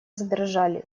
задрожали